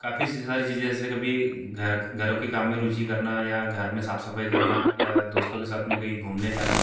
काफ़ी सारी चीज़ें जैसे कभी घर घरों के काम में रुचि करना या घर में साफ सफाई करना या दोस्तों के साथ में कही घूमने जाना